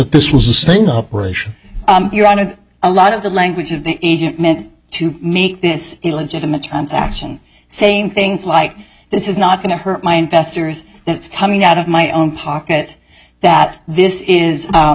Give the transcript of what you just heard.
this was a single operation you're on with a lot of the language of the agent meant to make this a legitimate transaction saying things like this is not going to hurt my investors that's coming out of my own pocket that this is